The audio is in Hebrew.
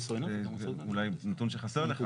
אולי נתון שחסור לך.